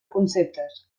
conceptes